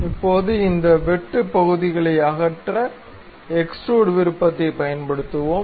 இப்போது இந்த வெட்டு பகுதிகளை அகற்ற எக்ஸ்ட்ரூட் விருப்பத்தைப் பயன்படுத்துவோம்